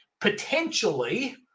potentially